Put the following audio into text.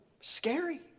Scary